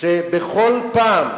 שבכל פעם